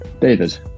David